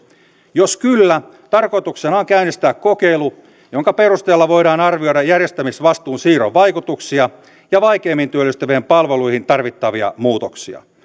jos kyllä tarkoituksena on käynnistää kokeilu jonka perusteella voidaan arvioida järjestämisvastuun siirron vaikutuksia ja vaikeimmin työllistyvien palveluihin tarvittavia muutoksia